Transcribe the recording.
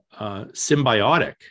symbiotic